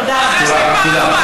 תודה רבה.